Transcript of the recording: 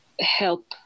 help